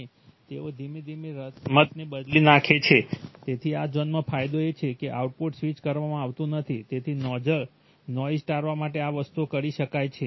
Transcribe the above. અને તેઓ ધીમે ધીમે રમતને બદલી નાખે છે તેથી આ ઝોનમાં ફાયદો એ છે આઉટપુટ સ્વિચ કરવામાં આવતું નથી તેથી નોઇઝ ટાળવા માટે આ વસ્તુઓ કરી શકાય છે